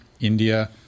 India